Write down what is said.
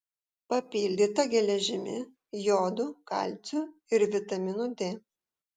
papildyta geležimi jodu kalciu ir vitaminu d